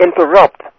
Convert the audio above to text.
interrupt